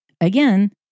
again